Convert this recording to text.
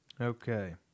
Okay